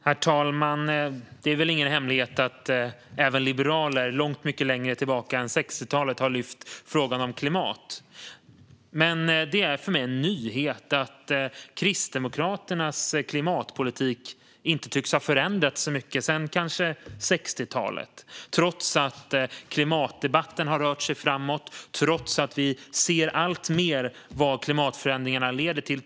Herr talman! Det är väl ingen hemlighet att även liberaler långt mycket längre tillbaka än 60-talet har lyft upp frågan om klimat. Men det är för mig en nyhet att Kristdemokraternas klimatpolitik inte tycks ha förändrats så mycket sedan 60-talet, trots att klimatdebatten har rört sig framåt och trots att vi ser alltmer vad klimatförändringarna leder till.